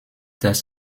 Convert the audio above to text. das